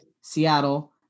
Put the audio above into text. Seattle